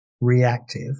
reactive